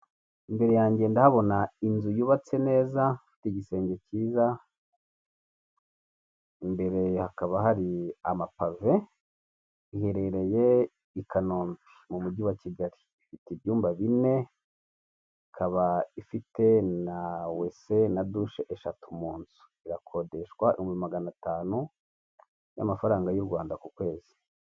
Imbere yanjye ndahabona inzu yubatse neza ifite igisenge cyiza, imbere hakaba hari amapave iherereye i Kanombe mu mujyi wa Kigali ifite ibyumba bine ikaba ifite na wese na dushe eshatu mu nzu, irakodeshwa ibihumbi magana atanu y'amafaranga y'u Rwanda ku kwezi.